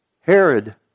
Herod